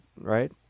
right